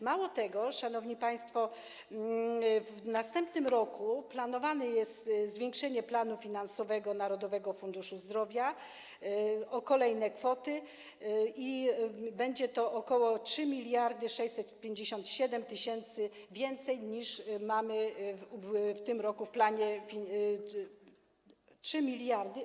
Mało tego, szanowni państwo, w następnym roku jest planowane zwiększenie planu finansowego Narodowego Funduszu Zdrowia o kolejne kwoty i będzie to ok. 3657 mln więcej, niż mamy w tym roku w planie... 3 mld.